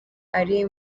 ari